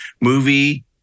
movie